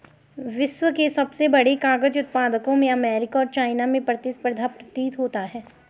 विश्व के सबसे बड़े कागज उत्पादकों में अमेरिका और चाइना में प्रतिस्पर्धा प्रतीत होता है